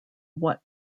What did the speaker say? what